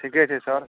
ठीके छै सर